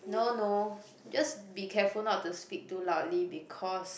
no no just be careful not to speak too loudly because